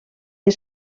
per